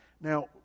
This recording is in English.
Now